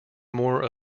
more